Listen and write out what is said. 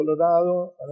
Colorado